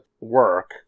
work